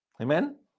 Amen